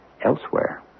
elsewhere